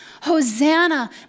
Hosanna